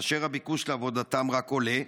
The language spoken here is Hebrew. כאשר הביקוש לעבודתם רק עולה?